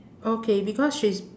okay because she's